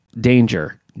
danger